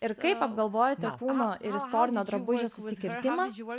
ir kaip apgalvojote kūno ir istorinio drabužio susikirtimą